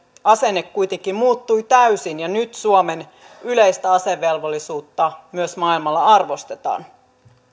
asenne kuitenkin muuttui täysin ja nyt suomen yleistä asevelvollisuutta myös maailmalla arvostetaan